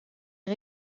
est